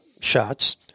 shots